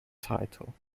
title